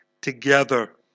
together